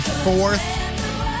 fourth